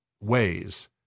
ways